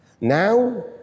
Now